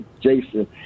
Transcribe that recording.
Jason